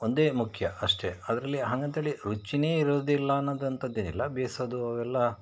ಒಂದೇ ಮುಖ್ಯ ಅಷ್ಟೇ ಅದರಲ್ಲಿ ಹಾಗಂಥೇಳಿ ರುಚಿಯೇ ಇರೋದಿಲ್ಲ ಅನ್ನೋದಂಥದ್ದೇನಿಲ್ಲ ಬೇಯಿಸೋದೂ ಅವೆಲ್ಲ